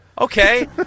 Okay